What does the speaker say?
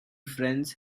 friends